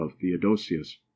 Theodosius